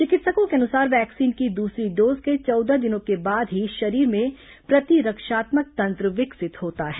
चिकित्सकों के अनुसार वैक्सीन की दूसरी डोज के चौदह दिनों के बाद ही शरीर में प्रतिरक्षात्मक तंत्र विकसित होता है